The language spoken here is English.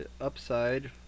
upside